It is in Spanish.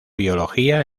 biología